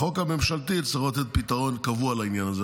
בחוק הממשלתי יצטרכו לתת פתרון קבוע לעניין הזה.